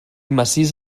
massís